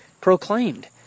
proclaimed